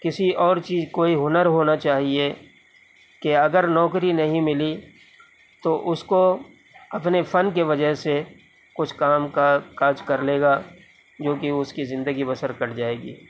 کسی اور چیز کوئی ہنر ہونا چاہیے کہ اگر نوکری نہیں ملی تو اس کو اپنے فن کی وجہ سے کچھ کام کا کاج کر لے گا جو کہ اس کی زندگی بسر کٹ جائے گی